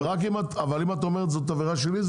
אבל אם את אומרת שזאת עבירה שלי,